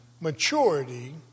maturity